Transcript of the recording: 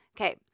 Okay